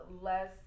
less